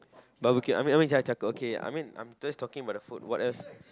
barbecue I mean char~ char~ charcoal okay I mean just talking about the food what else